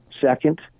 second